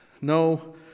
no